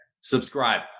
Subscribe